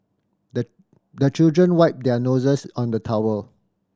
the the children wipe their noses on the towel